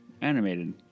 animated